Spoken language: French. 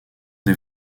des